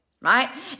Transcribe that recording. right